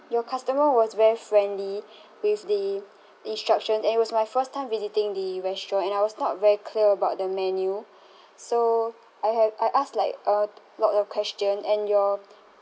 your customer was very friendly with the the instruction and it was my first time visiting the restaurant and I was not very clear about the menu so I have I asked like uh a lot of question and your